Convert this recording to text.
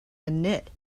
knit